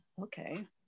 okay